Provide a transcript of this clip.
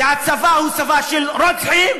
והצבא הוא צבא של רוצחים,